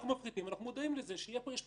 אנחנו מפחיתים ואנחנו מודעים לזה שיש פה